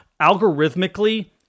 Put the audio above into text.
algorithmically